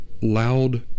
loud